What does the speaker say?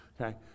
okay